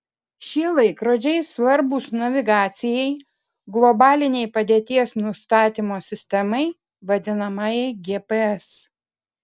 šie laikrodžiai svarbūs navigacijai globalinei padėties nustatymo sistemai vadinamajai gps